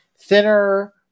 thinner